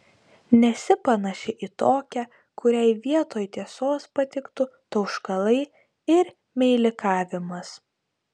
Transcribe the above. nesi panaši į tokią kuriai vietoj tiesos patiktų tauškalai ir meilikavimas